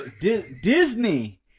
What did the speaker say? Disney